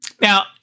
Now